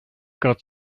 got